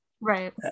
Right